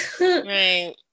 Right